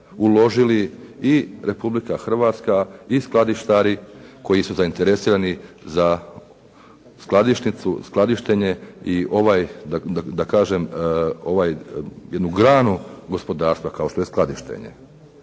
uložili i Republika Hrvatska i skladištari koji su zainteresirani za skladišnicu, skladištenje i ovaj da kažem jednu granu gospodarstva kao što je skladištenje.